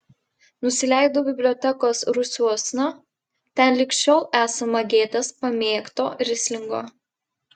nusileidau bibliotekos rūsiuosna ten lig šiol esama gėtės pamėgto rislingo